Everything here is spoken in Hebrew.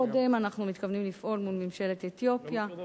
קודם אנחנו מתכוונים לפעול מול ממשלת אתיופיה.